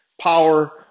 power